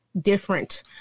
different